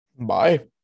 Bye